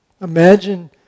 Imagine